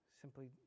simply